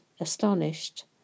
astonished